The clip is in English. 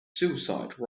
suicide